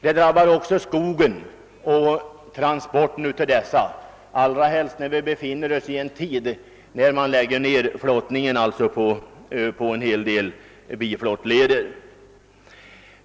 Den drabbar också skogsnäringen och transporten av skogsprodukter, särskilt som vi befinner oss i en tid då man lägger ned flottningen på en hel del biflottleder.